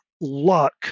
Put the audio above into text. luck